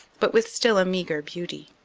but with still a meagre beauty.